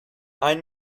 ein